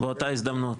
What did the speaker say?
באותה הזדמנות.